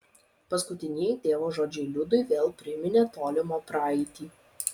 paskutinieji tėvo žodžiai liudui vėl priminė tolimą praeitį